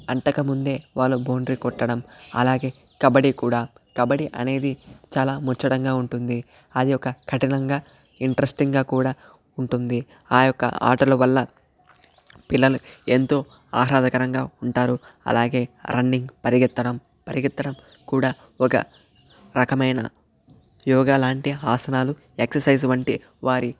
అంటకముందే వాళ్ళు బౌండ్రి కొట్టడం అలాగే కబడీ కూడా కబడీ అనేది చాలా ముచ్చటంగా ఉంటుంది అది ఒక కఠినంగా ఇంట్రెస్టింగ్గా కూడా ఉంటుంది ఆ యొక్క ఆటల వల్ల పిల్లలు ఎంతో ఆహ్లాదకరంగా ఉంటారు అలాగే రన్నింగ్ పరిగెత్తడం పరిగెత్తడం కూడా ఒక రకమైన యోగా లాంటి ఆసనాలు ఎక్ససైజ్ వంటి వారి